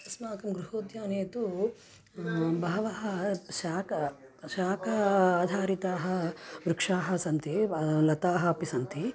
अस्माकं गृहोद्याने तु बहवः शाकाः शाक आधारिताः वृक्षाः सन्ति लताः अपि सन्ति